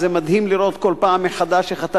זה מדהים לראות כל פעם מחדש איך אתה